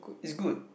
it's good